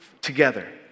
together